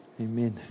amen